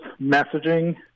messaging